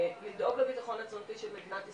לדאוג לבטחון התזונתי של מדינת ישראל,